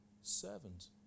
servant